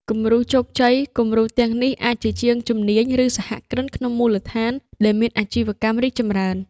គំរូជោគជ័យ គំរូទាំងនេះអាចជាជាងជំនាញ ឬសហគ្រិនក្នុងមូលដ្ឋាន ដែលមានអាជីវកម្មរីកចម្រើន។